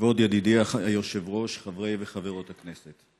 כבוד ידידי היושב-ראש, חברי וחברות הכנסת,